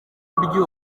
buryo